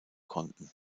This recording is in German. konnten